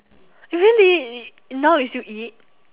really now you still eat